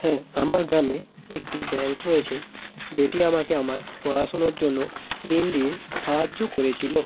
হ্যাঁ আমার গ্রামে একটি ব্যাঙ্ক রয়েছে যেটি আমাকে আমার পড়াশুনোর জন্য ঋণ দিয়ে সাহায্য করেছিলো